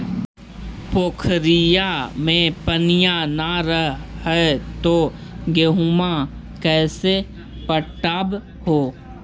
पोखरिया मे पनिया न रह है तो गेहुमा कैसे पटअब हो?